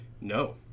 no